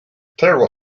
tył